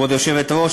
כבוד היושבת-ראש,